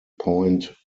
point